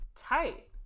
Tight